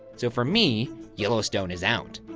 so, for me, yellowstone is out.